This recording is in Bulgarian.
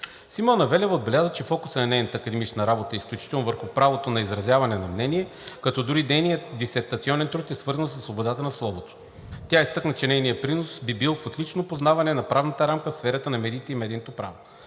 Симона Велева отбеляза, че фокусът на нейната академична работа е изключително върху правото на изразяване на мнение, като дори нейният дисертационен труд е свързан със свободата на словото. Тя изтъкна, че нейният принос би бил в отличното познаване на правната рамка в сферата на медиите и медийното право.